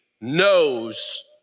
knows